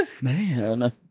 Man